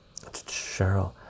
Cheryl